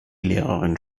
lehrerin